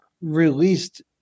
released